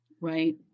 Right